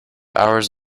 hours